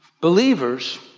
believers